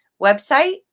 website